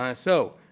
um so,